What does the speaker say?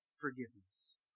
forgiveness